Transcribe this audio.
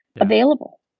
available